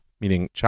meaning